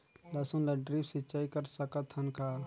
लसुन ल ड्रिप सिंचाई कर सकत हन का?